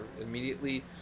immediately